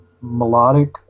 melodic